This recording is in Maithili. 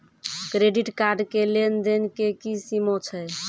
क्रेडिट कार्ड के लेन देन के की सीमा छै?